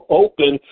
open